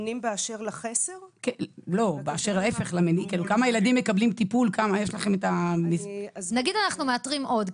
אני אומרת חד משמעית,